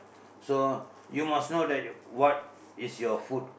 so you must know that what is your food